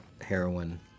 heroin